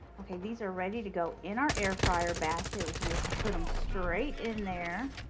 okay, these are ready to go in our air fryer basket. we can just put them straight in there,